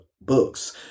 books